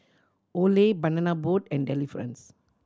Olay Banana Boat and Delifrance